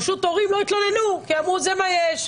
פשוט הורים לא התלוננו כי אמרו: זה מה יש,